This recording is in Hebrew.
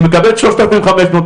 היא מקבלת שלושת אלפים חמש מאות,